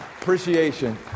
appreciation